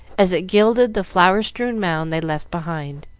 as it gilded the flower-strewn mound they left behind.